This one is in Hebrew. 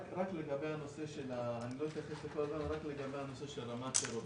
רק לגבי הנושא של רמת שרות.